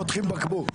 נכון, בני?